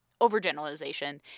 overgeneralization